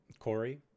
Corey